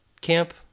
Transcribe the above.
camp